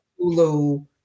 Hulu